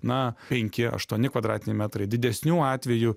na penki aštuoni kvadratiniai metrai didesnių atveju